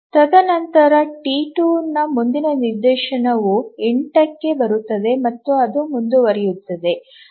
ತದನಂತರ ಟಿ 2 ನ ಮುಂದಿನ ನಿದರ್ಶನವು 8 ಕ್ಕೆ ಬರುತ್ತದೆ ಮತ್ತು ಅದು ಮುಂದುವರಿಯುತ್ತದೆ